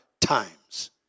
times